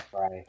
Right